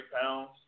pounds